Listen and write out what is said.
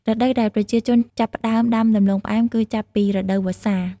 រដូវដែលប្រជាជនចាប់ផ្ដើមដាំដំឡូងផ្អែមគឺចាប់ពីរដូវវស្សា។